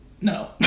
no